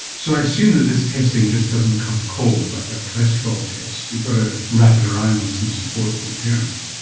so i assume that this testing just doesn't come cold, like a cholesterol test, you've got to wrap it around with some support for the parents.